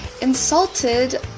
insulted